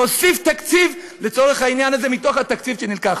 ולהוסיף תקציב לצורך העניין הזה מתוך התקציב שנלקח.